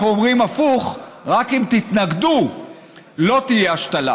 אומרים הפוך: רק אם תתנגדו לא תהיה השתלה.